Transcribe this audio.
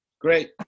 Great